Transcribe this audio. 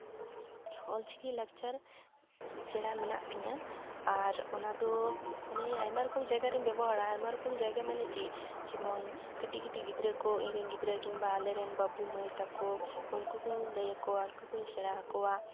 ᱚᱞ ᱪᱤᱠᱤ ᱞᱟᱠᱪᱟᱨ ᱥᱮᱬᱟ ᱢᱮᱱᱟᱜ ᱛᱤᱧᱟᱹ ᱟᱨ ᱚᱱᱟ ᱫᱚ ᱢᱟᱱᱮ ᱟᱭᱢᱟ ᱨᱚᱠᱚᱢ ᱡᱟᱭᱜᱟᱨᱤᱧ ᱵᱮᱵᱚᱦᱟᱨᱟ ᱟᱨ ᱟᱭᱢᱟ ᱨᱚᱠᱚᱢ ᱡᱟᱭᱜᱟ ᱢᱟᱱᱮ ᱪᱮᱫ ᱡᱮᱢᱚᱱ ᱠᱟᱹᱴᱤᱡ ᱠᱟᱹᱴᱤᱡ ᱜᱤᱫᱽᱨᱟᱹ ᱠᱚ ᱤᱧ ᱨᱮᱱ ᱜᱤᱫᱽᱨᱟᱹ ᱠᱤᱝᱵᱟ ᱟᱞᱮ ᱨᱮᱱ ᱵᱟᱹᱵᱩ ᱢᱟᱹᱭ ᱛᱟᱠᱚ ᱩᱱᱠᱩ ᱠᱩᱧ ᱞᱟᱹᱭᱟᱠᱚᱣᱟ ᱩᱱᱠᱩ ᱠᱩᱧ ᱥᱮᱬᱟ ᱦᱟᱠᱚᱣᱟ